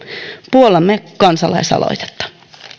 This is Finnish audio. puollamme kansalaisaloitetta